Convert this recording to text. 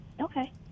okay